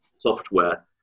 software